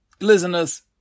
Listeners